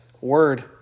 word